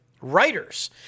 Writers